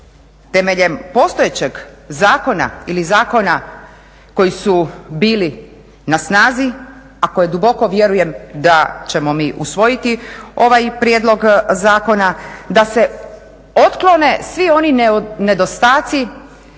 temeljem postojećeg zakona ili zakona koji su bili na snazi, a koje duboko vjerujem da ćemo mi usvojiti ovaj prijedlog zakona da se otklone svi oni nedostaci,